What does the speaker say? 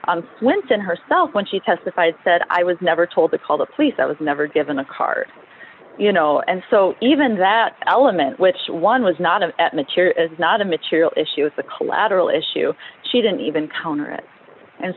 that went on herself when she testified said i was never told to call the police i was never given a card you know and so even that element which one was not a mature is not a material issue is the collateral issue she didn't even